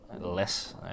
less